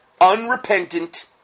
Unrepentant